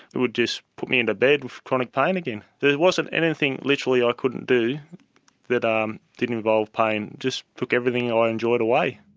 would just put me into bed with chronic pain again. there wasn't anything literally i could do that um didn't involve pain. just took everything ah i enjoyed away.